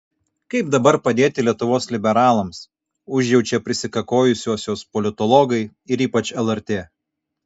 kaip dabar padėti lietuvos liberalams užjaučia prisikakojusiuosius politologai ir ypač lrt